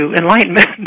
enlightenment